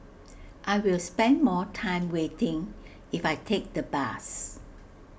I'll spend more time waiting if I take the bus